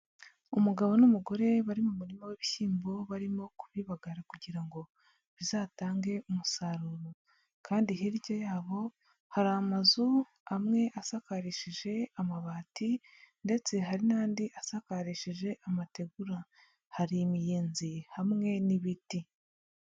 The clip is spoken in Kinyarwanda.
Umugabo n'umugore bari mu murima w'ibishyimbo, barimo kubibagara kugira ngo bizatange umusaruro, kandi hirya yabo hari amazu amwe asakarishije amabati ndetse hari n'andi asakarije amategura, hari imiyenzi hamwe n'ibiti.